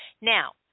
Now